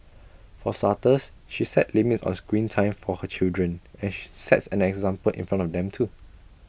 for starters she set limits on screen time for her children and she sets an example in front of them too